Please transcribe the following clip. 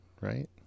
right